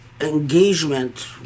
engagement